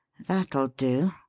that'll do.